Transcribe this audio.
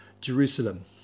Jerusalem